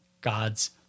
God's